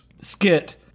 Skit